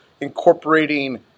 incorporating